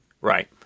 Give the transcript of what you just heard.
Right